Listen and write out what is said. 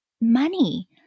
money